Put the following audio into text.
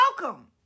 Welcome